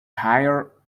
higher